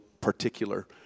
particular